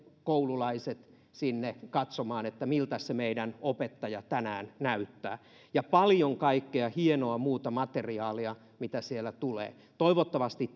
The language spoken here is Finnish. koululaiset sinne katsomaan miltäs se meidän opettaja tänään näyttää ja on paljon kaikkea hienoa muuta materiaalia mitä siellä tulee toivottavasti